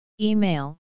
Email